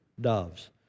doves